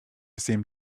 seemed